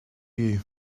you